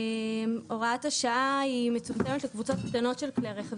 הוראת השעה מצומצמת לקבוצות קטנות של כלי רכב,